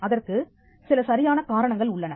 அதற்கு சில சரியான காரணங்கள் உள்ளன